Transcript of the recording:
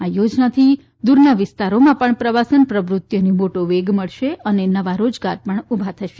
આ યોજનાથી દુરના વિસ્તારોમાં પણ પ્રવાસન પ્રવૃતિઓને મોટો વેગ મળશે અને નવા રોજગાર પણ ઉભા થશે